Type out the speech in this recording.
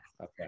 okay